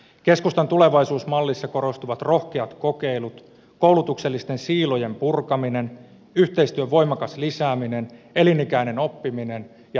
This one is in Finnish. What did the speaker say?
keskustan tulevaisuusmallissa korostuvat rohkeat kokeilut koulutuksellisten siilojen purkaminen yhteistyön voimakas lisääminen elinikäinen oppiminen ja vapaa sivistystyö